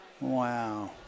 Wow